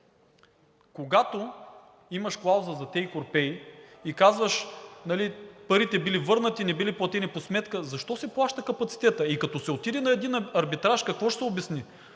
когато имаш клауза за take or pay и казваш: парите били върнати, не били платени по сметка – защо се плаща капацитетът и като се отиде на един арбитраж, какво ще се обясни?